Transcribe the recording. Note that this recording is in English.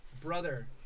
Brother